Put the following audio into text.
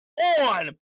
on